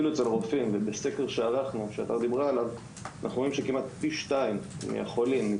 בסקר שערכנו אנחנו רואים שכמעט פי שניים מהחולים שהם